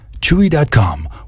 Chewy.com